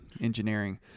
engineering